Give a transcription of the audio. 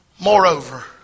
Moreover